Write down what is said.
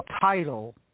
title